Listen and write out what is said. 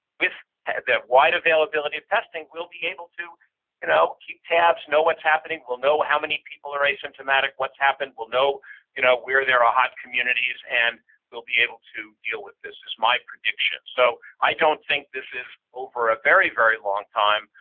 with the wide availability of testing, we'll be able to you know keep tabs, know what's happening. we'll know how many people are asymptomatic, what's happened. we'll know you know where there are hot communities, and we'll be able to deal with this, is my prediction. so i don't think this is over a very, very long time,